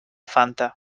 fanta